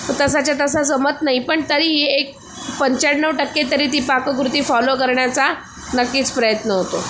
तो तसाच्या तसा जमत नाही पण तरीही एक पंच्याण्णव टक्के तरी ती पाककृती फॉलो करण्याचा नक्कीच प्रयत्न होतो